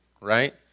right